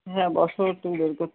হ্যাঁ বসো একটু বের করছি